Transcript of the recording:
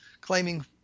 claiming